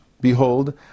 behold